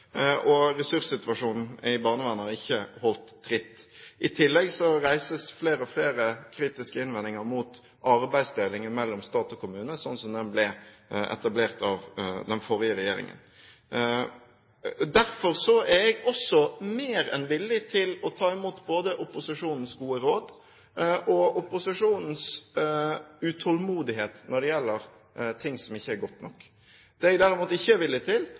Ressurssituasjonen i barnevernet har ikke holdt tritt. I tillegg reises flere og flere kritiske innvendinger mot arbeidsdelingen mellom stat og kommune, sånn som den ble etablert av den forrige regjeringen. Derfor er jeg også mer enn villig til å ta imot både opposisjonens gode råd og opposisjonens utålmodighet når det gjelder ting som ikke er bra nok. Det jeg derimot ikke er villig til,